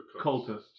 cultists